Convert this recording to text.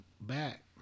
back